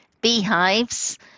beehives